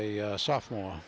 a sophomore